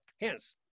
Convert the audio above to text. Hence